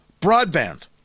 broadband